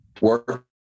work